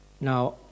Now